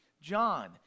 john